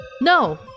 No